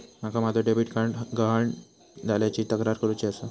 माका माझो debit card गहाळ झाल्याची तक्रार करुची आसा